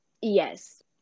Yes